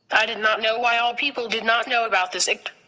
i did not know why all people did not know about this act.